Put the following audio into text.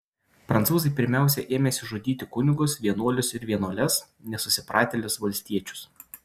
prancūzai pirmiausia ėmėsi žudyti kunigus vienuolius ir vienuoles nesusipratėlius valstiečius